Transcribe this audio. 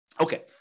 Okay